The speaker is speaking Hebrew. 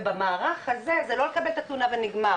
ובמערך הזה זה לא לקבל אתה תלונה ונגמר